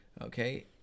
Okay